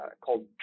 called